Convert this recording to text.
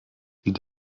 die